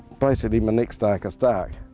basically, my next darkest dark.